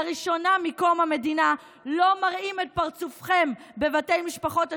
לראשונה מקום המדינה לא מראים את פרצופכם בבתי משפחות השכול,